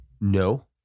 no